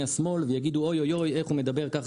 השמאל ויגידו אוי אוי אוי איך הוא מדבר ככה,